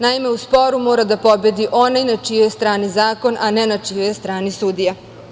Naime, u sporu mora da pobedi onaj na čijoj je strani zakon, a ne na čijoj je strani sudija.